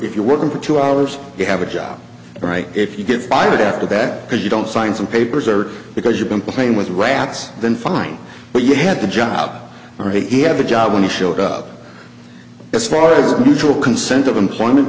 if you're working for two hours you have a job right if you get fired after that because you don't sign some papers or because you've been playing with rats then fine but you had the job already have a job when you showed up as far as mutual consent of employment